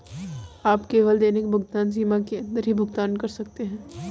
आप केवल दैनिक भुगतान सीमा के अंदर ही भुगतान कर सकते है